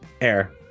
Air